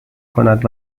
کند